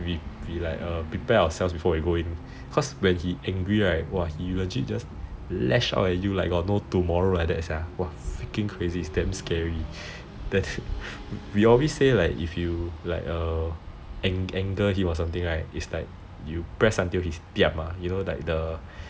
we like prepare ourselves when we go in cause if he angry right he just lash out at you like no tomorrow like that sia !wah! freaking crazy it's damn scary then we always say like if you like anger him or something right it's like you press until his tiam ah you know like the